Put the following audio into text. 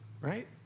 right